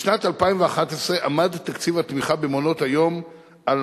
בשנת 2011 עמד תקציב התמיכה במעונות-היום על